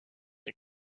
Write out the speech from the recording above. les